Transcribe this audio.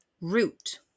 root